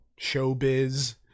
showbiz